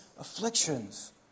afflictions